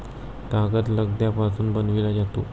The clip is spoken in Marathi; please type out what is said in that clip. कागद लगद्यापासून बनविला जातो